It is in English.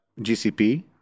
GCP